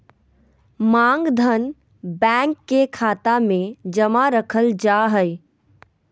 मांग धन, बैंक के खाता मे जमा रखल जा हय